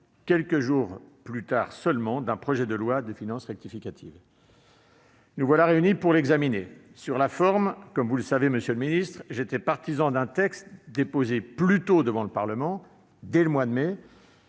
quelques jours plus tard seulement, d'un projet de loi de finances rectificative ! Nous voilà réunis pour l'examiner. Sur la forme, comme vous le savez, monsieur le ministre, j'étais partisan du dépôt plus précoce d'un texte devant le Parlement, dès le mois de mai,